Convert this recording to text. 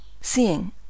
seeing